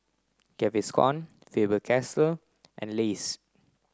Gaviscon Faber Castell and Lays